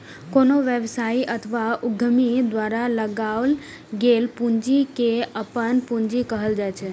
कोनो व्यवसायी अथवा उद्यमी द्वारा लगाओल गेल पूंजी कें अपन पूंजी कहल जाइ छै